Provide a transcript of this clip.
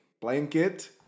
Blanket